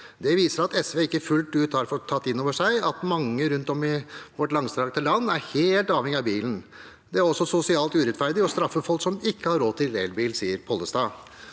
Det viser at SV ikke fullt ut har tatt inn over seg at mange rundt om i vårt langstrakte land er helt avhengige av bilen. Det er også sosialt urettferdig å straffe folk som ikke har råd til elbil, sier Pollestad.»